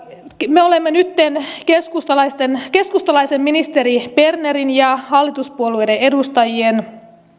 me olemme nytten keskustalaisen keskustalaisen ministeri bernerin ja hallituspuolueiden edustajien